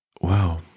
Wow